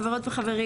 החברות והחברים